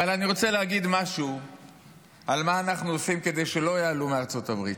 אבל אני רוצה להגיד משהו על מה שאנחנו עושים כדי שלא יעלו מארצות הברית.